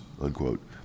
unquote